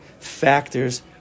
factors